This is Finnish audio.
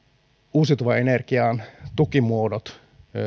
uusiutuvan energian tukimuodot